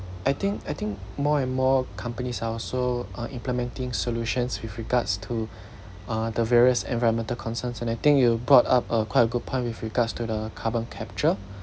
I think I think more and more companies are also uh implementing solutions with regards to uh the various environmental concerns and I think you brought up a quite a good point with regards to the carbon capture